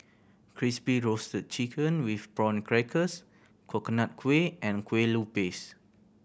Crispy Roasted Chicken with Prawn Crackers Coconut Kuih and Kueh Lupis